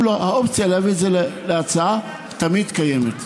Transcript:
אם לא, האופציה להביא את זה להצבעה תמיד קיימת.